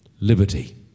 Liberty